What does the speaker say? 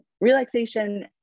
relaxation